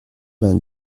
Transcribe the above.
vingt